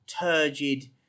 turgid